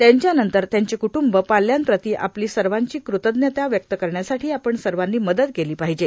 त्यांच्यानंतर त्यांचे क्टूंब पाल्यांप्रती आपली सर्वाची कृतज्ञता व्यक्त करण्यासाठी आपण सर्वांनी मदत केली पाहिजे